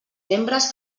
membres